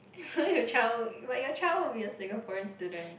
your child but your child will be a Singaporean student